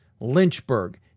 Lynchburg